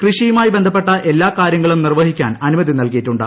കൃഷിയുമായി ബന്ധപ്പെട്ട എല്ലാ കാര്യങ്ങളും നിർവഹിക്കാൻ അനുമതി നൽകിയിട്ടുണ്ട്